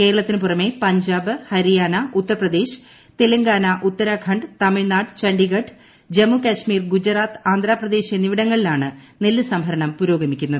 കേരളത്തിനു പുറമേ പഞ്ചാബ് ഹരിയാന ഉത്തർപ്രദേശ് തെലങ്കാന ഉത്തരാഖണ്ഡ് തമിഴ്നാട് ചണ്ഡിഗഡ് ജമ്മു കശ്മീർ ഗുജറാത്ത് ആന്ധ്രാപ്രദേശ് എന്നിവിടങ്ങളിലാണ് നെല്ല് സംഭരണം പുരോഗമിക്കുന്നത്